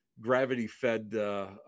gravity-fed